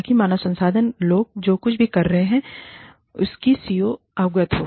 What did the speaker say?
ताकि मानव संसाधन लोग जो कुछ भी कर रहे हैं उससे सीईओ अवगत हो